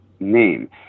name